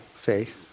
faith